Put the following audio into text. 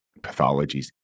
pathologies